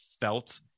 felt